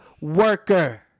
worker